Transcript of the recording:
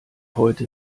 heute